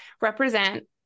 represent